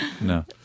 No